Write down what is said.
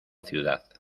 ciudad